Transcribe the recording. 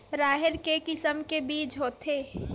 राहेर के किसम के बीज होथे?